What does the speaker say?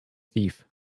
thief